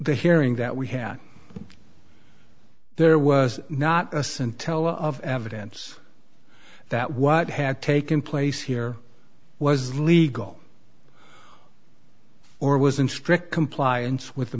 the hearing that we had there was not a scintilla of evidence that what had taken place here was legal or was in strict compliance with the